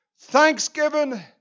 thanksgiving